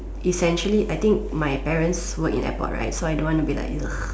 essentially I think my parents work in airport right so I don't want to be like ugh